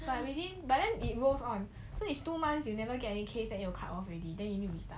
but within but then it goes on so is two months you never get any case that you will cut off already then you need to start